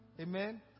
Amen